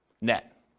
net